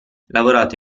lavorato